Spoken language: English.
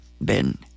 Ben